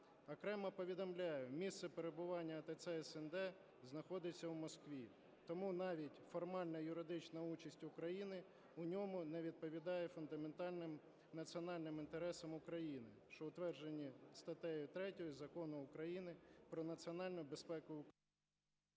Окремо повідомляю, місце перебування АТЦ СНД знаходиться у Москві, тому навіть формальна юридична участь України у ньому не відповідає фундаментальним національним інтересам України, що утверджені статтею 3 Закону України "Про національну безпеку…"